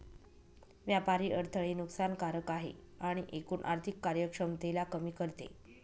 व्यापारी अडथळे नुकसान कारक आहे आणि एकूण आर्थिक कार्यक्षमतेला कमी करते